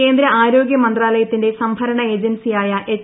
കേന്ദ്ര ആരോഗ്യ മന്ത്രാലയത്തിന്റെ സംഭരണ ഏജൻസിയായ എച്ച്